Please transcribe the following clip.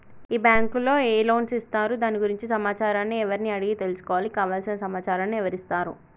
ఈ బ్యాంకులో ఏ లోన్స్ ఇస్తారు దాని గురించి సమాచారాన్ని ఎవరిని అడిగి తెలుసుకోవాలి? కావలసిన సమాచారాన్ని ఎవరిస్తారు?